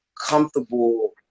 comfortable